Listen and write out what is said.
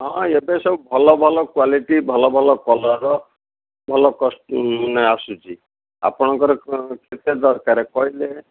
ହଁ ଏବେ ସବୁ ଭଲ ଭଲ କ୍ଵାଲିଟି ଭଲ ଭଲ କଲର୍ ଭଲ କଷ୍ଟ୍ ଆସୁଛି ଆପଣଙ୍କର କେତେ ଦରକାର କହିଲେ